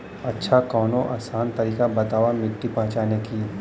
अच्छा कवनो आसान तरीका बतावा मिट्टी पहचाने की?